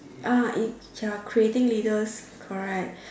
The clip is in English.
ah it they are creating leaders correct